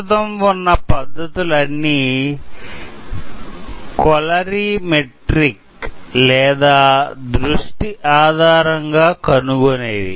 ప్రస్తుతం ఉన్న పద్ధతులు అన్నీ కొలరీమెట్రిక్ లేదా దృష్టి ఆధారంగా కనుగొనేవి